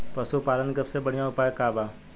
पशु पालन के सबसे बढ़ियां उपाय का बा?